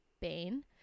Bain